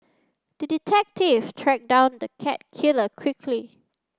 the detective tracked down the cat killer quickly